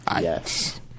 Yes